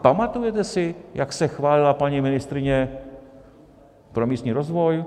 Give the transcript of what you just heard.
Pamatujete si, jak se chválila paní ministryně pro místní rozvoj?